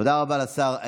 תודה רבה לשר.